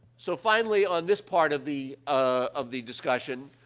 so, finally, on this part of the, ah of the discussion,